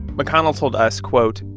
mcconnell told us, quote,